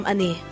Ani